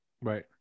right